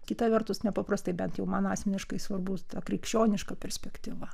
kita vertus nepaprastai bent jau man asmeniškai svarbu krikščioniška perspektyva